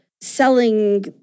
selling